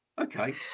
Okay